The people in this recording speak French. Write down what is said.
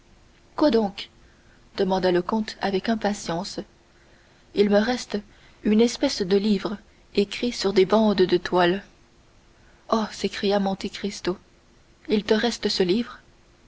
quoi donc demanda le comte avec impatience il me reste une espèce de livre écrit sur des bandes de toile oh s'écria monte cristo il te reste ce livre